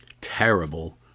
terrible